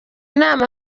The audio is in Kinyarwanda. nama